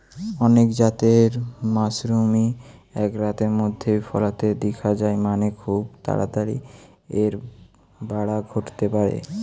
অনেক জাতের মাশরুমই এক রাতের মধ্যেই ফলতে দিখা যায় মানে, খুব তাড়াতাড়ি এর বাড়া ঘটতে পারে